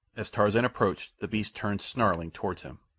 as tarzan approached, the beast turned, snarling, toward him,